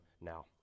now